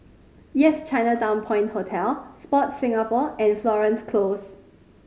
Yes Chinatown Point Hotel Sport Singapore and Florence Close